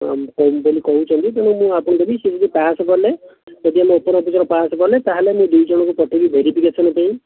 ଦେବେ ବୋଲି କହୁଛନ୍ତି ତ ମୁଁ ଆପଣଙ୍କୁ ବି ସେମିତି କହିବି ସେ ଯଦି ପାସ୍ କରିଲେ ଯଦି ଆମ ଉପର ଅଫିସର ପାସ୍ କରିଲେ ତା'ହେଲେ ମୁଁ ଦୁଇ ଜଣଙ୍କୁ ପଠାଇବି ଭେରିଫିକେସନ୍ ପାଇଁ